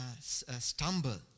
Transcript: stumble